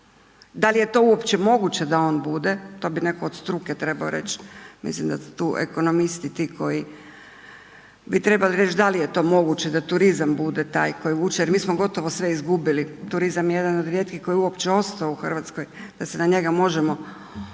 da li je to uopće moguće da on bude, to bi netko od struke trebao reć, mislim da su tu ekonomisti ti koji bi trebali reć da li je to moguće da turizam bude taj koji vuče jer mi smo gotovo sve izgubili, turizam je jedan od rijetkih koji je uopće ostao u RH da se na njega možemo